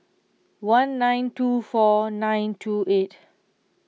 one nine two four nine two eight